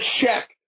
check